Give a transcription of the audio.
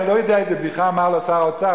אני לא יודע איזה בדיחה אמר לו שר האוצר,